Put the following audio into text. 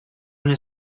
una